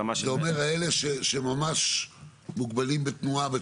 זה אומר, אלה שממש מוגבלים בתנועה.